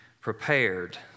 prepared